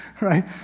Right